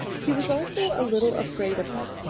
he was also a little afraid of her.